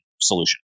solution